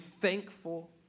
thankful